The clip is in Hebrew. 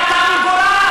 אמונים, אתה מגורש.